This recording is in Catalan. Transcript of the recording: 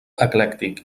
eclèctic